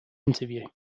interview